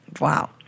Wow